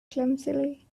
clumsily